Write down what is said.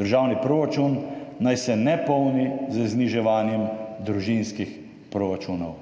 Državni proračun naj se ne polni z zniževanjem družinskih proračunov.